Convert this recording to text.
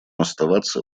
оставаться